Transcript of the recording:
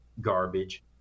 garbage